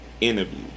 interview